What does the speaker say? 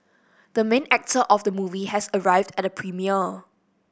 the main actor of the movie has arrived at the premiere